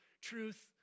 truth